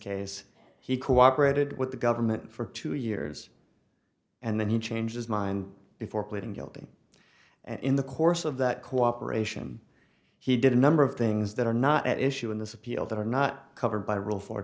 case he cooperated with the government for two years and then he changed his mind before pleading guilty and in the course of that cooperation he did a number of things that are not at issue in this appeal that are not covered by rule fo